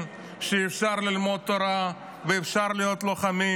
שאפשר ללמוד תורה ואפשר להיות לוחמים,